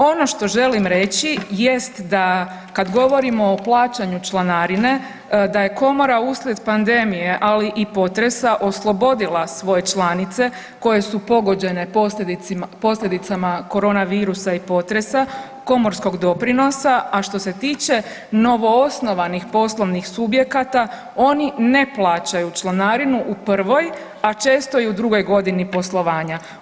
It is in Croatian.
Ono što želim reći jest da kad govorimo o plaćanju članarine da je komora uslijed pandemije, ali i potresa oslobodila svoje članice koje su pogođene posljedicama koronavirusa i potresa komorskog doprinosa, a što se tiče novoosnovanih poslovnih subjekata oni ne plaćaju članarinu u prvoj, a često i u drugoj godini poslovanja.